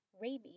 rabies